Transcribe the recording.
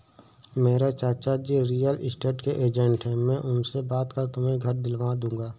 मेरे चाचाजी real estate के एजेंट है मैं उनसे बात कर तुम्हें घर दिलवा दूंगा